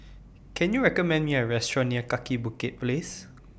Can YOU recommend Me A Restaurant near Kaki Bukit Place